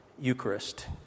Eucharist